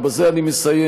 ובזה אני מסיים,